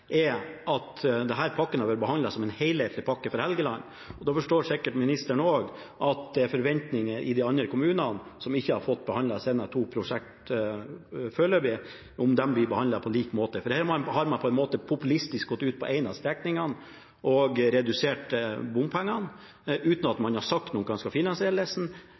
har vært behandlet som en helhetlig pakke for Helgeland, og da forstår sikkert ministeren også at det er forventninger i de andre kommunene, som ikke har fått behandlet sine to prosjekter foreløpig, om å bli behandlet på lik måte. For her har man på en måte populistisk gått ut på den ene strekningen og redusert bompengene, uten at man har sagt noe om hvordan man skal finansiere